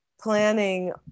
planning